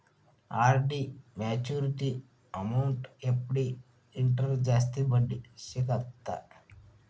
RD maturity amount FD ಇಟ್ರ ಜಾಸ್ತಿ ಬಡ್ಡಿ ಸಿಗತ್ತಾ